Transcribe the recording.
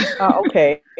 okay